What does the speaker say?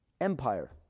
empire